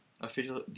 official